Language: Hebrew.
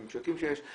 ממשקים שיש.